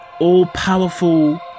All-powerful